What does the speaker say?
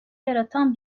yaratan